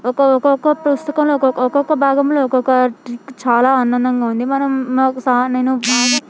ఒక్కొక్క పుస్థకంలో ఒక్కొక్క ఒకొక్క బాగంలో ఒక్కొక్క ట్రిక్క్ చాలా ఆనందంగా మనం మాకు సవాల్ నేను